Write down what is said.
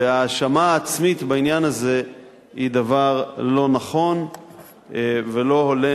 והאשמה עצמית בעניין הזה היא דבר לא נכון ולא הולם